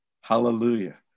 Hallelujah